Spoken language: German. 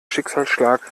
schicksalsschlag